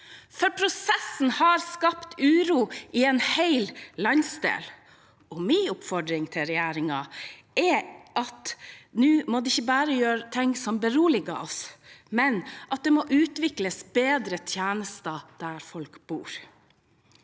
Prosessen har skapt uro i en hel landsdel. Min oppfordring til regjeringen er at nå må den ikke bare gjøre ting som beroliger oss – det må også utvikles bedre tjenester der folk bor.